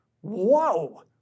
Whoa